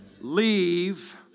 Leave